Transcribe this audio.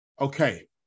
Okay